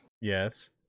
yes